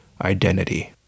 identity